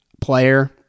player